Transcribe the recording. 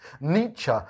Nietzsche